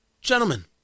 Gentlemen